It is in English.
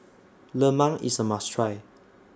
Lemang IS A must Try